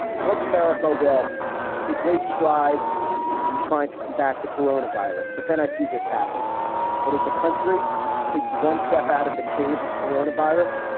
i hope america will take great strides in trying to combat the corona virus. but then i see this happening that as the country takes one step out of the cave of corona virus,